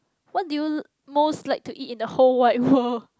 what did you l~ most like to eat in the whole wide world